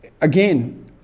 again